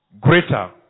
greater